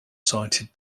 cited